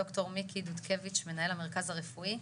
דוקטור מיקי דודקביץ' מנהל המרכז הרפואי,